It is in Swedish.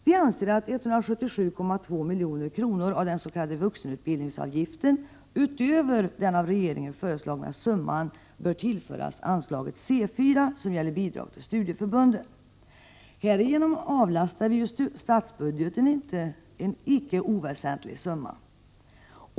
Vi anser att 177,2 milj.kr. av den s.k. vuxenutbildningsavgiften, utöver den av regeringen föreslagna summan, bör tillföras anslaget C 4, som gäller bidrag till studieförbunden. Härigenom avlastas statsbudgeten en icke oväsentlig summa.